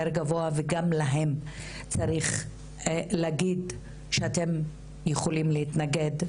גבוה וגם להם צריך להגיד שאתם יכולים להתנגד,